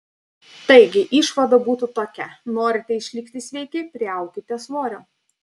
taigi išvada būtų tokia norite išlikti sveiki priaukite svorio